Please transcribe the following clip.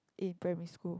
in primary school